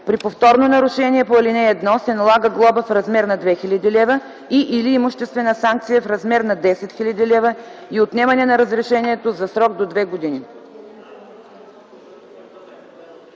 При повторно нарушение по ал. 1 се налага глоба в размер на 2000 лв. и/или имуществена санкция в размер на 40 000 лв. и отнемане на разрешението за срок до две години.